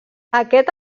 aquest